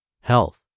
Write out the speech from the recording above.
Health